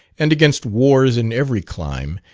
and against wars in every clime,